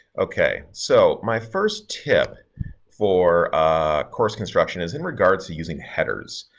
ok. so my first tip for ah course construction is in regards to using headers.